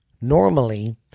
Normally